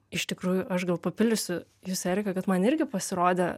iš tikrųjų aš gal papildysiu jus erika kad man irgi pasirodė